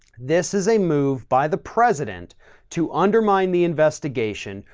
this is a move by the president to undermine the investigation.